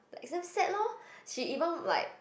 like damn sad lor she even like